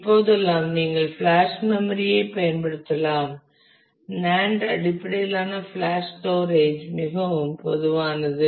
இப்போதெல்லாம் நீங்கள் flash memory ஐப் பயன்படுத்தலாம் நான்ட் அடிப்படையிலான ஃபிளாஷ் ஸ்டோரேஜ் மிகவும் பொதுவானது